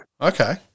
Okay